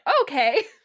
okay